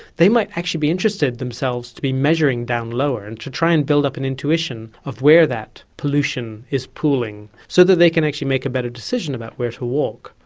they might actually be interested themselves to be measuring down low and to try and build up an intuition of where that pollution is pooling so that they can actually make a better decision about where to walk.